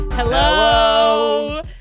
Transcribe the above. Hello